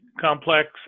complex